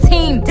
Team